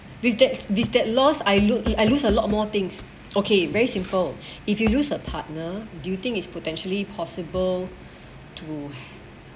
with that this that last I look I lose a lot more things okay very simple if you loose a partner do you think is potentially possible too